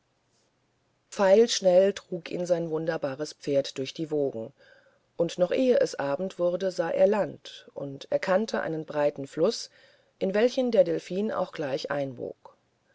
pfeilschnell trug ihn sein wunderbares pferd durch die wogen und noch ehe es abend wurde sah er land und erkannte einen breiten fluß in welchen der delphin auch sogleich einbog